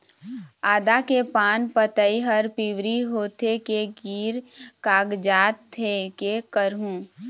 आदा के पान पतई हर पिवरी होथे के गिर कागजात हे, कै करहूं?